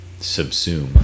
subsume